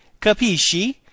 capisci